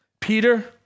Peter